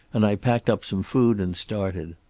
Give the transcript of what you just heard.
and i packed up some food and started.